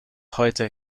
heute